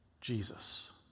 Jesus